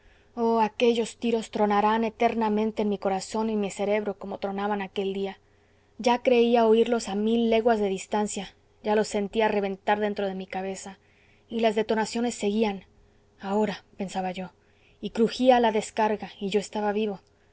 oh aquellos tiros tronarán eternamente en mi corazón y en mi cerebro como tronaban aquel día ya creía oírlos a mil leguas de distancia ya los sentía reventar dentro de mi cabeza y las detonaciones seguían ahora pensaba yo y crujía la descarga y yo estaba vivo